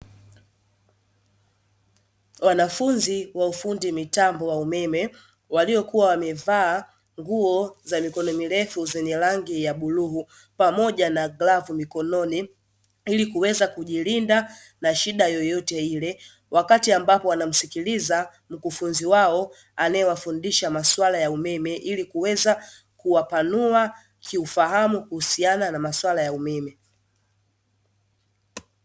Wanafunzi wa ufundi mitambo wa umeme, waliokuwa wamevaa nguo za mikono mirefu zenye rangi ya bluu, pamoja na glavu mikononi ili kuweza kujilinda na shida yoyote ile, wakati ambapo wanamsikiliza mkufunzi wao anayewafundisha masuala ya umeme, ili kuweza kuwapanua kiufahamu kuhusiana na masuala ya umeme.